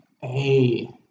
hey